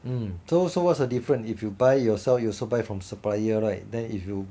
mm so so what's the difference if you buy yourself you also buy from supplier right then if you